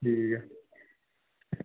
ठीक ऐ